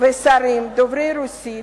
ושרים דוברי רוסית,